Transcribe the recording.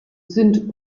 sind